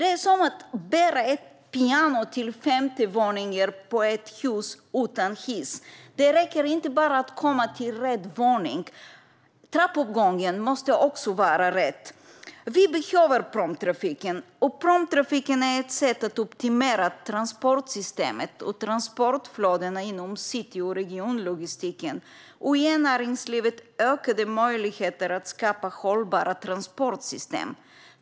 Det här är som att bära ett piano till femte våningen i ett hus utan hiss - det räcker inte att bara komma till rätt våning, utan trappuppgången måste också vara rätt. Vi behöver pråmtrafiken, och pråmtrafiken är ett sätt att optimera transportsystemet och transportflödena inom city och regionlogistiken och att ge näringslivet ökade möjligheter att skapa hållbara transportsystem.